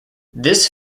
this